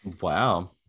wow